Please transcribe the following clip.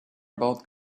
about